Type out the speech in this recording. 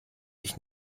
ich